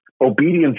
obedience